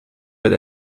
wird